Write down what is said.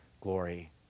glory